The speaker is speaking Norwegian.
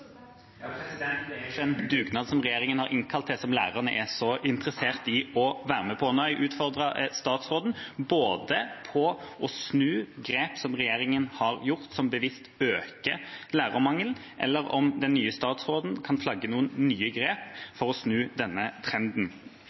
Det er jo ikke en dugnad som regjeringa har innkalt til som lærerne er så interessert i å være med på. Nå har jeg utfordret statsråden både til å snu grep som regjeringa har gjort, som bevisst øker lærermangelen, og spurt om den nye statsråden kan flagge noen nye grep for å snu denne trenden.